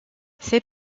ses